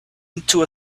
into